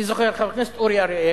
אני זוכר, חבר הכנסת אורי אריאל,